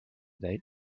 date